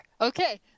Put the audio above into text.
okay